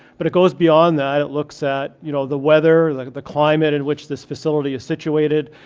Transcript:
but it goes beyond that. it looks at, you know, the weather, like the climate in which this facility is situated.